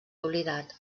oblidat